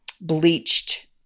bleached